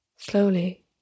Slowly